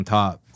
top